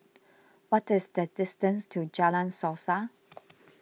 what is the distance to Jalan Suasa